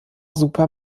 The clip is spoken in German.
super